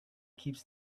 keeps